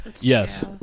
Yes